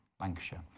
Lancashire